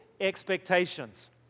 expectations